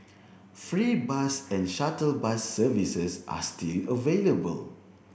free bus and shuttle bus services are still available